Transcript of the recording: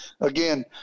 again